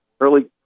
early